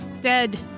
dead